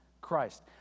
Christ